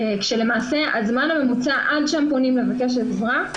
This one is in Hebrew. כשלמעשה הזמן הממוצע עד שהם פונים לבקש עזרה,